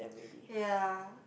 ya